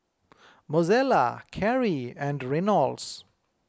Mozella Carie and Reynolds